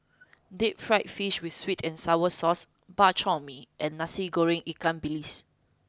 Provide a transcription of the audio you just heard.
deep fried fish with sweet and sour sauce Bak Chor Mee and Nasi Goreng Ikan Bilis